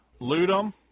Ludum